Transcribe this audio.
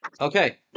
Okay